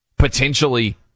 potentially